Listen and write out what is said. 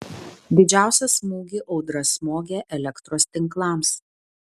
didžiausią smūgį audra smogė elektros tinklams